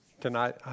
Tonight